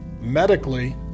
medically